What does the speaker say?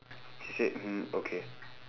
she said hmm okay